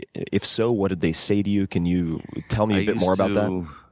if so, what did they say to you? can you tell me a bit more about um